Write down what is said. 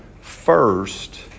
first